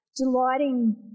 delighting